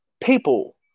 people